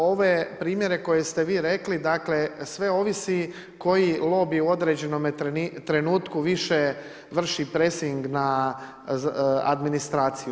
Ove primjere koje ste vi rekli, dakle sve ovisi koji lobiji u određenome trenutku više vrši pressing na administraciju.